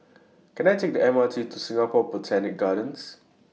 Can I Take The M R T to Singapore Botanic Gardens